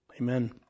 Amen